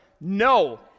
no